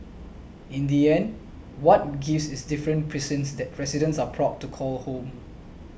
in the end what gives is different precincts that residents are proud to call home